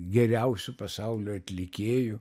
geriausių pasaulio atlikėjų